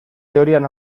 teorian